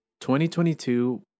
2022